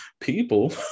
people